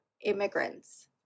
immigrants